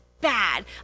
bad